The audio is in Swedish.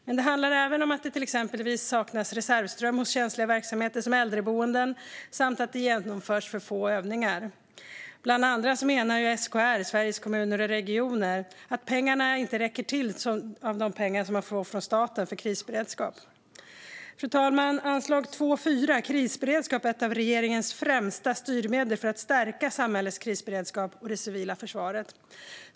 Men det handlar även om att det exempelvis saknas reservström hos känsliga verksamheter som äldreboenden och att det genomförs för få övningar. Bland annat menar SKR, Sveriges Kommuner och Regioner, att de pengar kommunerna får från staten för krisberedskap inte räcker till. Fru talman! Anslag 2:4 Krisberedskap är ett av regeringens främsta styrmedel för att stärka samhällets krisberedskap och det civila försvaret.